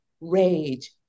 rage